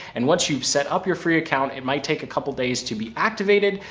and once you've set up your free account, it might take a couple of days to be activated.